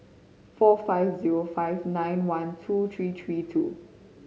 four five zero five nine one two three three two